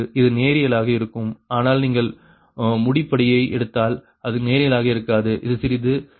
இது நேரியலாக இருக்கும் ஆனால் நீங்கள் முப்படியை எடுத்தால் இது நேரியலாக இருக்காது இது சிறிது இருபடித்தாக ஆகிவிடும்